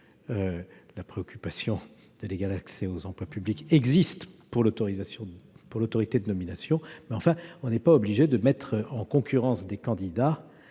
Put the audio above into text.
la préoccupation de l'égal accès aux emplois publics existe pour l'autorité de nomination, mais on n'est pas obligé de mettre en concurrence des candidats